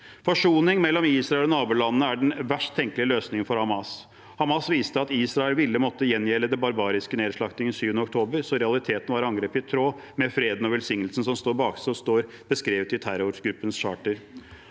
Forsoning mellom Israel og nabolandene er den verst tenkelige løsningen for Hamas. Hamas visste at Israel ville måtte gjengjelde den barbariske nedslaktingen 7. oktober, så i realiteten var angrepet i tråd med freden og velsignelsen som står beskrevet i terrorgruppens charter.